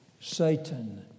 Satan